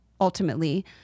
ultimately